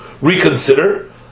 reconsider